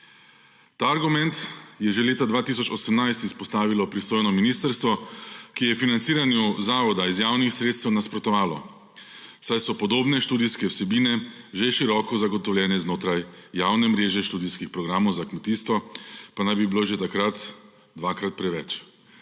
Ta argument je že leta 2018 izpostavilo pristojno ministrstvo, ki je financiranju zavoda iz javnih sredstev nasprotovalo, saj so podobne študijske vsebine že široko zagotovljene znotraj javne mreže študijskih programov za kmetijstvo, pa naj bi jih bilo že takrat dvakrat preveč.